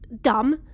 dumb